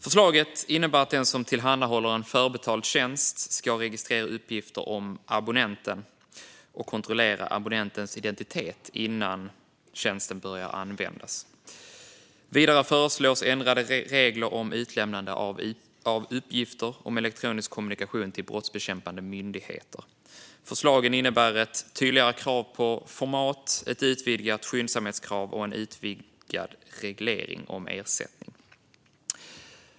Förslaget innebär att den som tillhandahåller en förbetald tjänst ska registrera uppgifter om abonnenten och kontrollera abonnentens identitet innan tjänsten börjar användas. Vidare föreslås ändrade regler om utlämnande av uppgifter om elektronisk kommunikation till brottsbekämpande myndigheter. Förslagen innebär ett tydligare krav på format, ett utvidgat skyndsamhetskrav och en utvidgad reglering om ersättning.